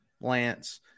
Lance